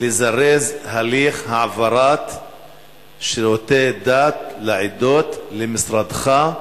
לזרז את הליך העברת שירותי דת לעדות למשרדך,